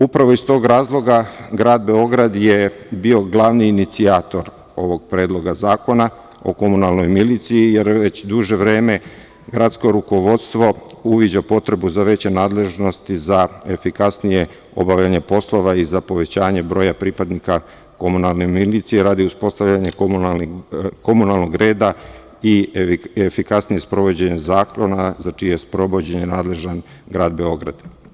Upravo iz tog razloga grad Beograd je bio glavni inicijator ovog Predloga zakona o komunalnoj miliciji, jer već duže vreme gradsko rukovodstvo uviđa potrebu za veće nadležnosti za efikasnije obavljanje poslova i za povećanje broja pripadnika komunalne milicije, radi uspostavljanja komunalnog reda i efikasnijeg sprovođenja zakona za čije sprovođenje je nadležan grad Beograd.